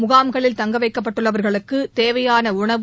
முகாம்களில் தங்கவைக்கப்பட்டுள்ளவர்களுக்கு தேவையான உணவு